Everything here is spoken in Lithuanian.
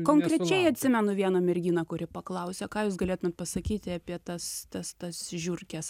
konkrečiai atsimenu vieną merginą kuri paklausė ką jūs galėtumėt pasakyti apie tas tas tas žiurkes